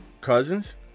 Cousins